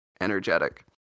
energetic